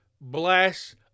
bless